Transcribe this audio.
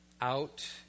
out